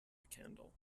candle